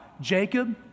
Jacob